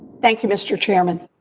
thank you, mr. chairman.